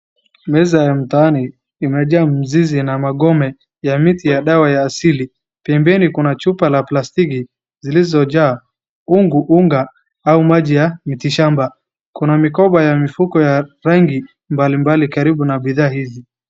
Meza ya mtaani imejaa mzizi na magome ya miti ya dawa ya asili. Pembeni kuna chupa ya plastiki zilizojaa unga au maji ya miti kishamba. Kuna mikomba ya mifuko ya rangi mbalimbali karibu na bidhaa hizi.